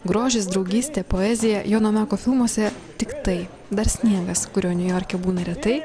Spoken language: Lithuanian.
grožis draugystė poezija jono meko filmuose tiktai dar sniegas kurio niujorke būna retai